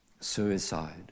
suicide